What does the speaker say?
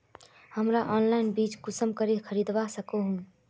हमरा ऑनलाइन बीज कुंसम करे खरीदवा सको ही?